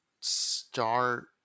start